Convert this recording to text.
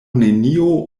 nenio